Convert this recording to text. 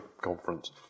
Conference